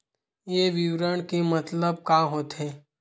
ये विवरण के मतलब का होथे?